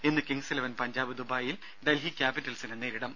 ഇന്ന് Kings Eleven Punjab ദുബായിൽ ഡൽഹി ക്യാപ്പിറ്റൽസിനെ നേരിടും